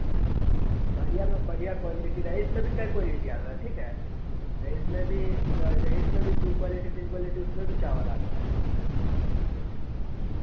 बढ़िया में बढ़िया क्वालिटी रईस में भी कई क्वालिटी आ रहा है ठीक है रईस भी रईस में भी दो क्वालिटी तीन क्वालिटी उसमें भी चावल आता है